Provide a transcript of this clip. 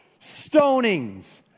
stonings